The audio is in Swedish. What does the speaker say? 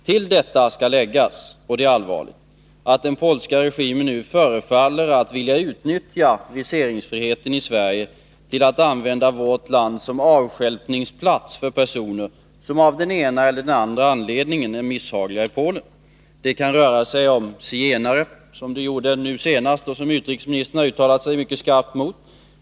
Till detta skall läggas — och det är allvarligt — att den polska regimen nu förefaller att vilja utnyttja viseringsfriheten i Sverige till att använda vårt land som avstjälpningsplats för personer som av den ena eller den andra anledningen är misshagliga i Polen. Det kan röra sig om zigenare, som det gjorde nu senast, och i det fallet har utrikesministern uttalat sig mycket skarpt.